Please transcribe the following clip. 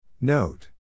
Note